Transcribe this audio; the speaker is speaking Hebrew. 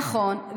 נכון,